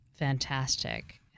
Fantastic